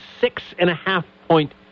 six-and-a-half-point